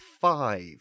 five